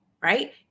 right